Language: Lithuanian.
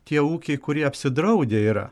tie ūkiai kurie apsidraudę yra